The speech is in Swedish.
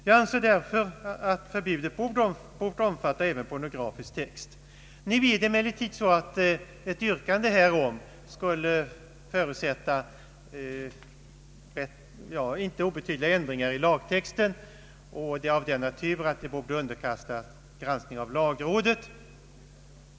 Jag anser därför att förbudet bort omfatta även pornografisk text. Ett yrkande härom skulle emellertid förutsätta inte obetydliga ändringar i lagtexten, och det av sådan natur att de borde underkastas granskning av lagrådet.